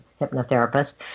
hypnotherapist